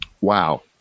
Wow